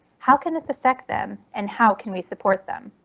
how can this affect them and how can we support them?